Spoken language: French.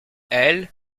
elle